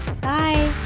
Bye